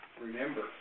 remember